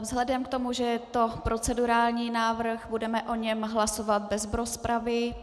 Vzhledem k tomu, že to je procedurální návrh, budeme o něm hlasovat bez rozpravy.